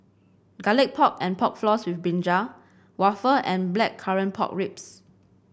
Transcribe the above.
Garlic Pork and Pork Floss with brinjal waffle and Blackcurrant Pork Ribs